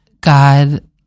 God